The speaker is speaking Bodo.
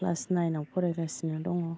क्लास नाइनआव फरायगासिनो दङ